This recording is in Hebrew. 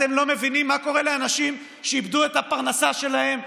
אתם לא מבינים מה קורה לאנשים שאיבדו את הפרנסה שלהם,